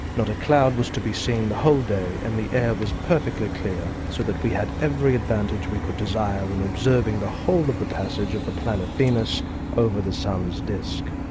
not a cloud was to be seen the whole day and the air was perfectly clear so that we had every advantage we could desire in and observing the whole of the passage of the planet venus over the sun's disc.